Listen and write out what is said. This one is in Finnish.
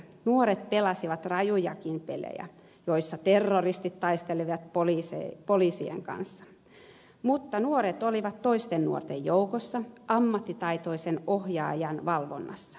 nuoret pelasivat rajujakin pelejä joissa terroristit taistelivat poliisien kanssa mutta nuoret olivat toisten nuorten joukossa ammattitaitoisen ohjaajan valvonnassa